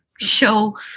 show